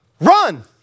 run